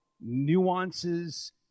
nuances